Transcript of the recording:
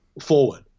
forward